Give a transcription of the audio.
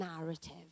narrative